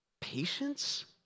patience